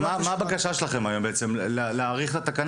האם הבקשה שלכם היום היא להאריך את התקנה?